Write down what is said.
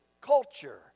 culture